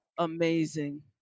amazing